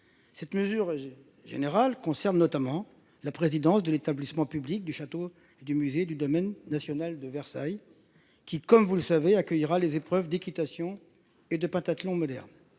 Cette mesure générale concernent notamment la présidence de l'établissement public du château et du musée et du domaine national de Versailles. Qui comme vous le savez, accueillera les épreuves d'équitation et de pentathlon moderne